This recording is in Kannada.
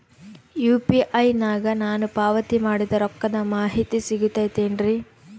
ಯು.ಪಿ.ಐ ನಾಗ ನಾನು ಪಾವತಿ ಮಾಡಿದ ರೊಕ್ಕದ ಮಾಹಿತಿ ಸಿಗುತೈತೇನ್ರಿ?